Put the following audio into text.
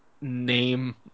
name